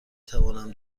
توانم